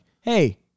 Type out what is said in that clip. hey